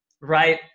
right